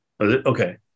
Okay